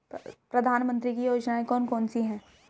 प्रधानमंत्री की योजनाएं कौन कौन सी हैं?